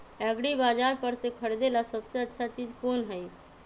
एग्रिबाजार पर से खरीदे ला सबसे अच्छा चीज कोन हई?